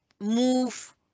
move